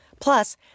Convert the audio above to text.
Plus